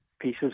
pieces